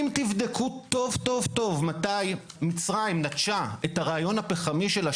אם תבדקו טוב-טוב מתי מצרים נטשה את הרעיון הפחמי שלה,